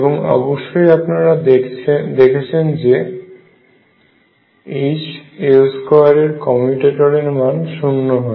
এবং অবশ্যই আপনারা দেখেছেন যে H L2 এর মান শূন্য হয়